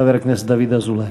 חבר הכנסת דוד אזולאי.